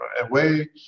away